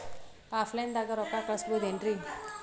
Offline ದಾಗ ರೊಕ್ಕ ಕಳಸಬಹುದೇನ್ರಿ?